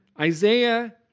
Isaiah